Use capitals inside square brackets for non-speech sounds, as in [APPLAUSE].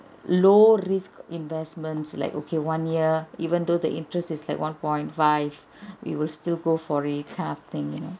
low risk investments like okay one year even though the interest is like one point five [BREATH] we will still go for it kind of thing you know